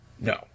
No